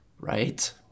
Right